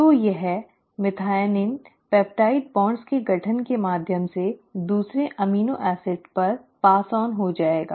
तो यह methionine peptide bond के गठन के माध्यम से दूसरे एमिनो एसिड पर पारित हो जाएगा